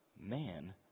man